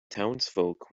townsfolk